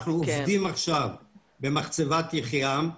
אנחנו עובדים עכשיו במחצבת יחיעם,